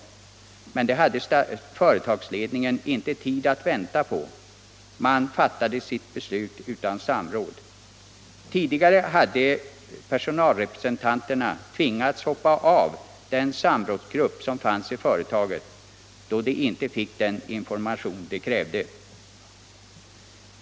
Men det hade företagsledningen inte tid att vänta på. Man fattade sitt beslut utan samråd. Tidigare hade personalrepresentanterna tvingats hoppa av den samrådsgrupp som fanns i företaget då de inte fick den information de krävde.